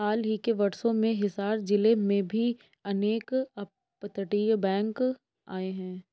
हाल ही के वर्षों में हिसार जिले में भी अनेक अपतटीय बैंक आए हैं